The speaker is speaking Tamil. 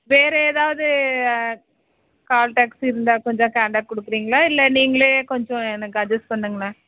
வேறு ஏதாவது கால் டாக்ஸி இருந்தால் கொஞ்சம் காண்டெக்ட் கொடுக்குறீங்களா இல்லை நீங்களே கொஞ்சம் எனக்கு அட்ஜஸ்ட் பண்ணுங்களேன்